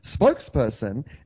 spokesperson